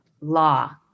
law